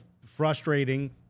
frustrating